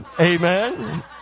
amen